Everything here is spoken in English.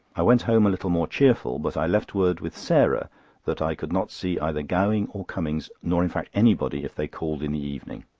i went home a little more cheerful, but i left word with sarah that i could not see either gowing or cummings, nor in fact anybody, if they called in the evening.